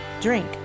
drink